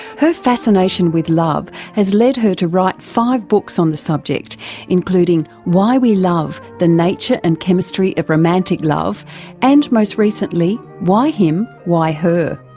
her fascination fascination with love has led her to write five books on the subject including why we love the nature and chemistry of romantic love and most recently why him? why her?